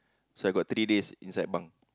so I got three days inside bunk